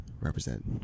represent